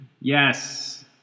Yes